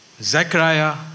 Zechariah